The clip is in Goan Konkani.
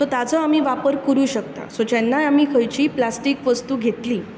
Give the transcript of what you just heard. सो ताचो आमी वापर करूं शकता सो जेन्नाय आमी खंयचीय प्लास्टीक वस्तू घेतली